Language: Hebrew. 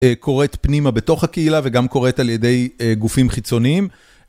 קורית פנימה בתוך הקהילה וגם קורית על ידי גופים חיצוניים.